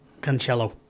Cancelo